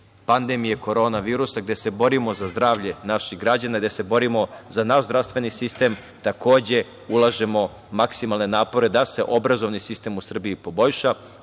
pandemije korona virusa, gde se borimo za zdravlje naših građana, gde se borimo za naš zdravstveni sistem, takođe, ulažemo maksimalne napore da se obrazovni sistem u Srbiji poboljša,